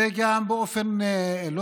וזה גם באופן ניכר,